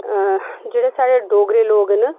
जेह्ड़े साढ़े डोगरे लोग न